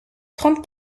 trente